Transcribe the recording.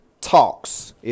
Talks